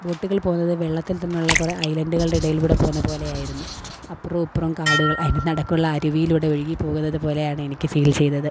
ബോട്ടുകൾ പോകുന്നത് വെള്ളത്തിൽ തന്നെയുള്ള കുറേ ഐലൻറ്റുകളുടെ ഇടയിലൂടെ പോകുന്ന പോലെയായിരുന്നു അപ്പുറവും ഇപ്പുറവും കാടുകൾ അതിനു നടുക്കുള്ള അരുവിയിലൂടെ ഒഴുകിപ്പോകുന്നതു പോലെയാണ് എനിക്ക് ഫീൽ ചെയ്തത് ഞാൻ